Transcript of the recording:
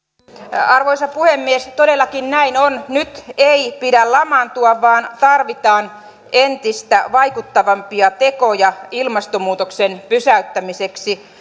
arvoisa puhemies todellakin näin on nyt ei pidä lamaantua vaan tarvitaan entistä vaikuttavampia tekoja ilmastonmuutoksen pysäyttämiseksi